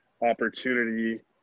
opportunity